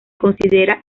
considera